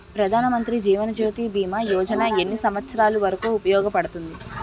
ప్రధాన్ మంత్రి జీవన్ జ్యోతి భీమా యోజన ఎన్ని సంవత్సారాలు వరకు ఉపయోగపడుతుంది?